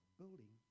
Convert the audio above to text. building